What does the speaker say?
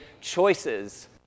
choices